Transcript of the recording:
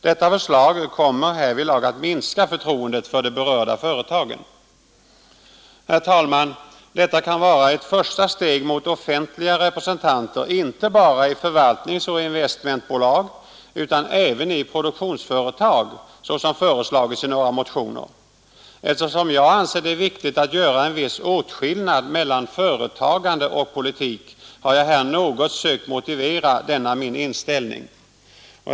Detta förslag kommer härvidlag att minska förtroendet för de berörda företagen. Herr talman! Detta kan vara ett första steg mot offentliga representanter inte bara i förvaltningsoch investmentbolag utan även i produktionsföretag, såsom föreslagits i några motioner. Eftersom jag anser det viktigt att göra en viss åtskillnad mellan företagande och politik, har jag här något sökt motivera denna min inställning.